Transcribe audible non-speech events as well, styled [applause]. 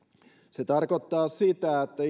se tarkoittaa sitä että [unintelligible]